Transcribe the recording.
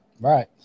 Right